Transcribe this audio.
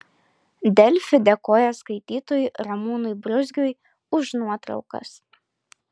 delfi dėkoja skaitytojui ramūnui bruzgiui už nuotraukas